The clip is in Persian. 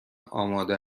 آماده